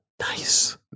Nice